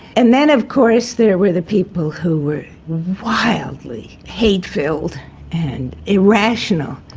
and then of course there were the people who were wildly hate-filled and irrational.